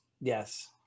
Yes